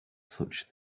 such